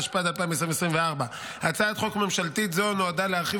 התשפ"ד 2024. הצעת חוק ממשלתית זו נועדה להרחיב